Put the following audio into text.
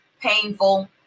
painful